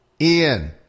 Ian